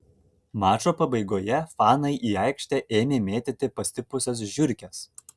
mačo pabaigoje fanai į aikštę ėmė mėtyti pastipusias žiurkes